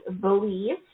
Believe